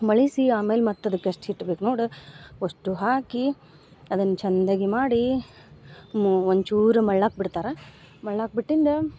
ಮಳಿಸಿ ಆಮೇಲೆ ಮತ್ತು ಅದಕ್ಕಷ್ಟು ಹಿಟ್ಟು ಬೇಕು ನೋಡು ಒಷ್ಟು ಹಾಕಿ ಅದನ್ನ ಛಂದಾಗಿ ಮಾಡಿ ಒಂಚೂರು ಮಳ್ಳಾಕೆ ಬಿಡ್ತಾರೆ ಮಳ್ಳಾಕೆ ಬಿಟ್ಟಿಂದ